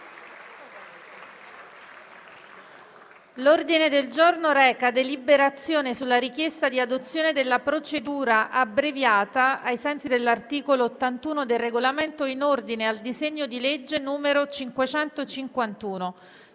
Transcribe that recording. L'ordine del giorno reca la deliberazione sulla richiesta di adozione della procedura abbreviata, prevista dall'articolo 81 del Regolamento, in ordine al disegno di legge n. 551.